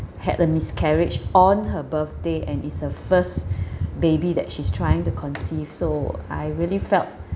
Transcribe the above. had a miscarriage on her birthday and it's her first baby that she's trying to conceive so I really felt